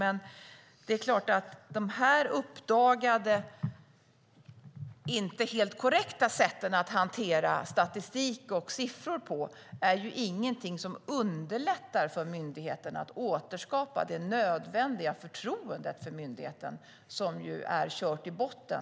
Men de uppdagade inte helt korrekta sätten att hantera statistik och siffror på är ingenting som underlättar för myndigheten att återskapa det nödvändiga förtroendet för myndigheten, som ju är kört i botten.